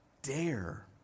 dare